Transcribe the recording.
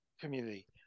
community